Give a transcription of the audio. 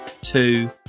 two